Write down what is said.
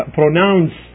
pronounce